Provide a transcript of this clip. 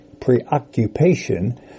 preoccupation